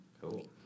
Cool